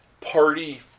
party